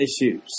issues